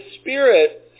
Spirit